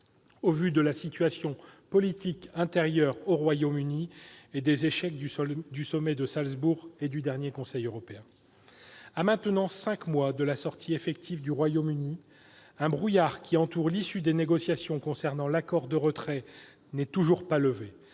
au vu de la situation politique intérieure au Royaume-Uni, ainsi que de l'échec du sommet de Salzbourg et du dernier Conseil européen. À cinq mois de la sortie effective du Royaume-Uni, le brouillard qui entoure l'issue des négociations concernant l'accord de retrait n'est pas levé